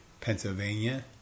Pennsylvania